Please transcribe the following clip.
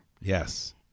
Yes